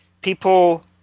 people